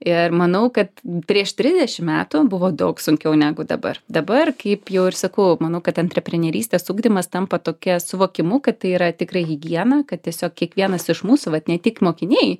ir manau kad prieš trisdešim metų buvo daug sunkiau negu dabar dabar kaip jau ir sakau manau kad antreprenerystės ugdymas tampa tokia suvokimu kad tai yra tikra higiena kad tiesiog kiekvienas iš mūsų vat ne tik mokiniai